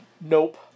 Nope